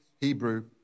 Hebrew